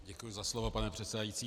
Děkuji za slovo, pane předsedající.